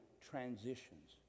transitions